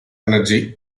energy